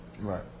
Right